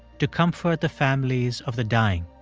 to comfort the families of the dying.